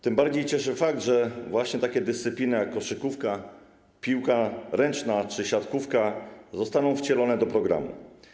Tym bardziej cieszy fakt, że takie dyscypliny jak koszykówka, piłka ręczna czy siatkówka zostaną wcielone do programu.